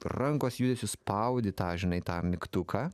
rankos judesiu spaudi tą žinai tą mygtuką